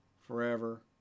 forever